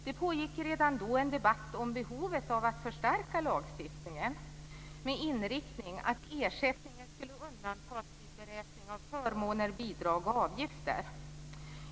Det pågick redan då en debatt om behovet av att förstärka lagstiftningen med inriktning på att ersättningen skulle undantas vid beräkning av förmåner, bidrag och avgifter.